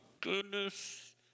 goodness